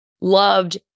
Loved